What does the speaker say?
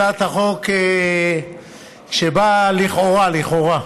הצעת החוק שבאה לכאורה, לכאורה,